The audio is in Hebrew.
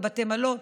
בתי מלון,